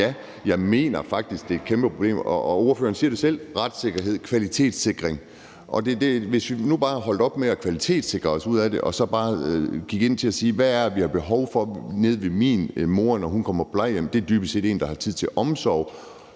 Men jeg mener faktisk, at det er et kæmpeproblem, og ordføreren bruger selv ordene retssikkerhed og kvalitetssikring. Hvis vi nu bare holdt op med at kvalitetssikre os ud af tingene og bare gik over til at sige: Hvad er det, man har behov for hos sin mor, når hun kommer på plejehjem? Det er dybest set en, der bruger mere tid på omsorg